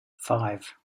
five